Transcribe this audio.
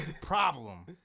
Problem